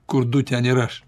kur du ten ir aš